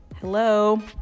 hello